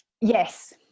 Yes